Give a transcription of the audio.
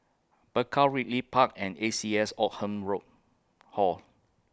Bakau Ridley Park and A C S Oldham Rall Hall